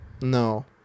No